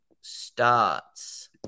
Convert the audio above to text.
starts